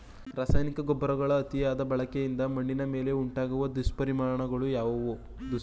ರಾಸಾಯನಿಕ ಗೊಬ್ಬರಗಳ ಅತಿಯಾದ ಬಳಕೆಯಿಂದ ಮಣ್ಣಿನ ಮೇಲೆ ಉಂಟಾಗುವ ದುಷ್ಪರಿಣಾಮಗಳು ಯಾವುವು?